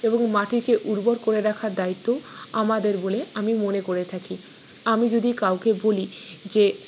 এবং মাটিকে উর্বর করে রাখার দায়িত্বও আমাদের বলে আমি মনে করে থাকি আমি যদি কাউকে বলি যে